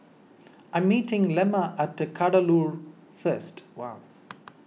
I'm meeting Lemma at Kadaloor first wow